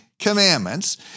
commandments